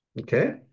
okay